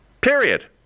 period